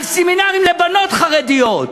על סמינרים לבנות חרדיות,